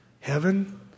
Heaven